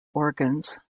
organs